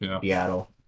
Seattle